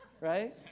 right